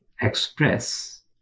express